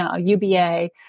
UBA